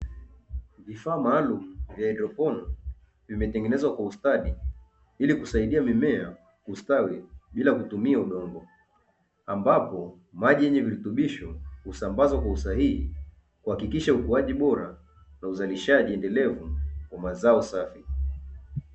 Vifaa bora vya haidropono vimetengenzwa kwa ustawi bila kutumia udongo ambapo maji yenye virutubisho husambazwa kwa usahihi kuhakikisha ukuaji bora na uzalishaji endelevu wa mazao safi.